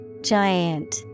giant